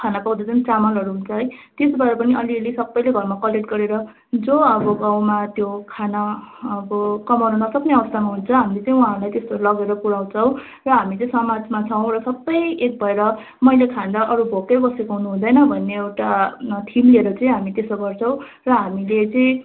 खाना पकाउँदा जुन चामलहरू हुन्छ है त्यसबाट पनि अलिअलि सबैले घरमा कलेक्ट गरेर जो अब गाउँमा त्यो खाना अब कमाउन नसक्ने अवस्थामा हन्छ हामीले चाहिँ उहाँहरूलाई त्यस्तोहरू लगेर पुऱ्याउँछौँ र हामी चाहिँ समाजमा छौँ र सबै एक भएर मैले खाँदा अरू भोकै बसेको हुनु हुँदैन भन्ने एउटा थिम लिएर चाहिँ हामी त्यसो गर्छौँ र हामीले चाहिँ